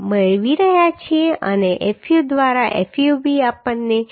મેળવી રહ્યા છીએ અને fu દ્વારા fub આપણને 0